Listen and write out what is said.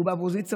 הוא באופוזיציה,